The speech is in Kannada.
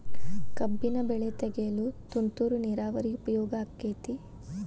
ಕಬ್ಬಿನ ಬೆಳೆ ತೆಗೆಯಲು ತುಂತುರು ನೇರಾವರಿ ಉಪಯೋಗ ಆಕ್ಕೆತ್ತಿ?